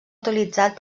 utilitzat